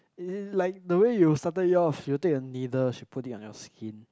it is like the way you started yours she will take a needle she put it on your skin